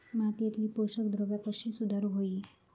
मातीयेतली पोषकद्रव्या कशी सुधारुक होई?